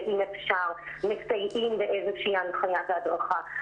ואם אפשר מסייעים באיזושהי הנחיה והדרכה.